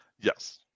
Yes